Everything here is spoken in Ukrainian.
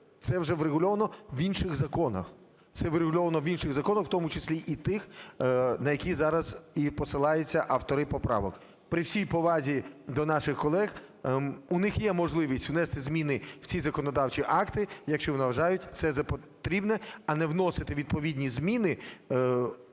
Це врегульовано в інших законах, в тому числі і тих, на які зараз і посилаються автори поправок. При всій повазі до наших колег, у них є можливість внести зміни в ці законодавчі акти, якщо вони вважають це за потрібне. А не вносити відповідні зміни…